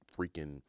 freaking